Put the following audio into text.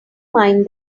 mind